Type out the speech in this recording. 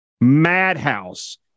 madhouse